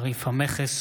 הצעת חוק דמי מחלה (היעדרות בשל מחלת ילד)